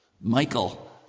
Michael